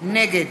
נגד